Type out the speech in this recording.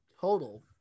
Total